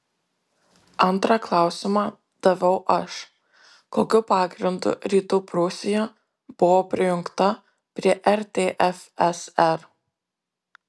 antrą klausimą daviau aš kokiu pagrindu rytų prūsija buvo prijungta prie rtfsr